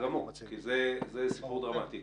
זה סיפור דרמטי.